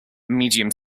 medium